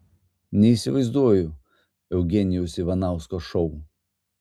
neįsivaizduoju eugenijaus ivanausko šou